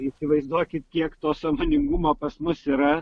įsivaizduokit kiek to sąmoningumo pas mus yra